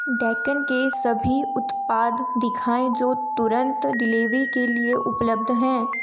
डेकन के सभी उत्पाद दिखाएँ जो तुरंत डिलेवरी के लिए उपलब्ध हैं